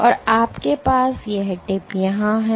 और आपके पास यह टिप यहां है